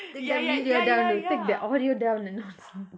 take their video down and take their audio down and all right